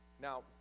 Now